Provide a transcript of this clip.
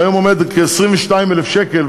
שהיום עומד על כ-22,000 שקל,